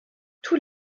tous